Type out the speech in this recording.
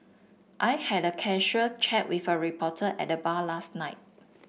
I had a casual chat with a reporter at the bar last night